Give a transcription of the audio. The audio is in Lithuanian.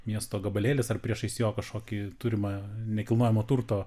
miesto gabalėlis ar priešais jo kažkokį turimą nekilnojamo turto